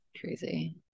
crazy